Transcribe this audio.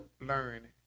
learn